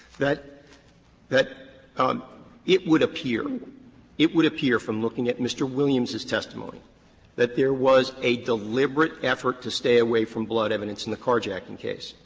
that that um it would appear it would appear from looking at mr. williams' testimony that there was a deliberate effort to stay away from blood evidence in the carjacking case.